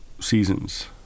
seasons